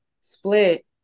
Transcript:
split